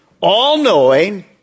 all-knowing